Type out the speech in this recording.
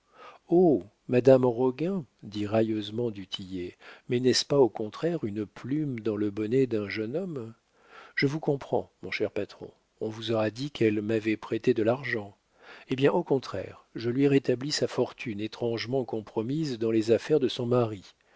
madame roguin dit railleusement du tillet mais n'est-ce pas au contraire une plume dans le bonnet d'un jeune homme je vous comprends mon cher patron on vous aura dit qu'elle m'avait prêté de l'argent eh bien au contraire je lui rétablis sa fortune étrangement compromise dans les affaires de son mari